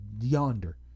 yonder